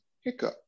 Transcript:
hiccup